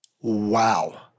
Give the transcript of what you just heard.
Wow